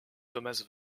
thomas